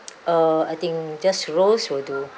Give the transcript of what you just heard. uh I think just rose will do